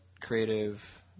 creative